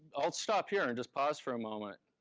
i'll stop here and just pause for a moment.